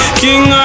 king